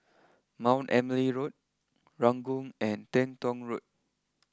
Mount Emily Road Ranggung and Teng Tong Road